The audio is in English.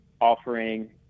offering